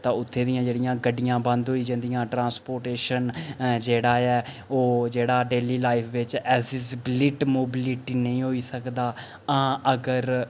तां उत्थै दियां जेह्ड़ियां गड्डियां बंद होई जंदियां ट्रांसपोटेशन जेह्ड़ा ऐ ओह् जेह्ड़ा डेली लाइफ बेच्च ऐसी स्पलिट मोबिलिटी नेईं होई सकदा हां अगर